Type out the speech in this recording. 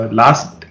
last